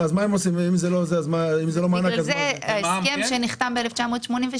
לכן ההסכם שנחתם ב-1987